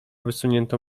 wysuniętą